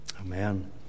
Amen